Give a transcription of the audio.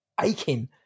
aching